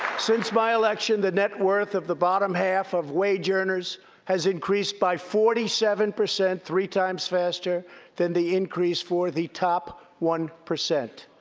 since my election, the net worth of the bottom half of wage earners has increased by forty seven percent three times faster than the increase for the top one.